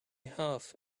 half